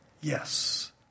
Yes